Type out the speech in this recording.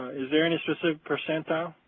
is there any specific percentile?